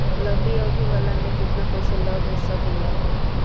लंबी अवधि वाला में केतना पइसा लगा सकिले?